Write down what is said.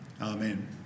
Amen